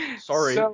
sorry